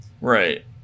Right